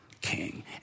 king